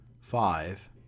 five